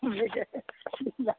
हम ये कहे रहें कि